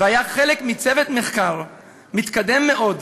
והיה חלק מצוות מחקר מתקדם מאוד,